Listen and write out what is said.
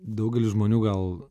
daugelis žmonių gal